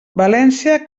valència